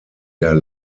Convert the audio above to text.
der